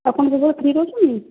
ଆପଣ କେତେବେଳେ ଫ୍ରି ରହୁଛନ୍ତି କି